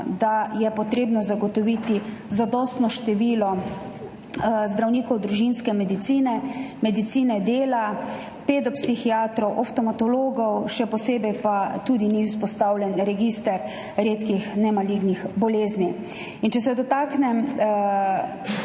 da je potrebno zagotoviti zadostno število zdravnikov družinske medicine, medicine dela, pedopsihiatrov, oftalmologov, še posebej pa tudi ni vzpostavljen register redkih nemalignih bolezni. Če se dotaknem